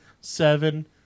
seven